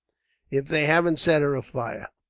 if they haven't set her afire!